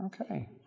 Okay